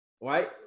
Right